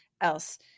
else